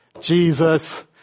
Jesus